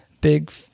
big